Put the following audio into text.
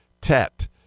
Tet